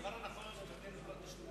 הדבר הנכון זה לבטל את כל התשלומים,